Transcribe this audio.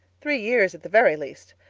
three years at the very least.